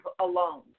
alone